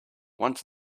once